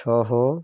সহ